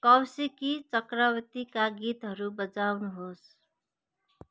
कौसिकी चक्रवर्तीका गीतहरू बजाउनुहोस्